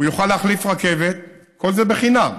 הוא יוכל להחליף רכבת, כל זה חינם,